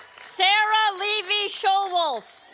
sara levy schulwolf